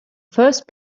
first